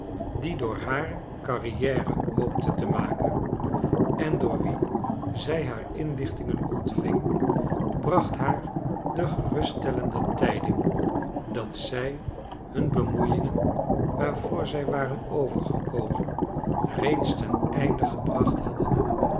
die door haar carrière hoopte te maken en door wien zij haar inlichtingen ontving bracht haar de geruststellende tijding dat zij hun bemoeiingen waarvoor zij waren overgekomen reeds ten einde gebracht hadden